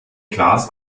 klaas